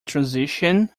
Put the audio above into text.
transition